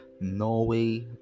Norway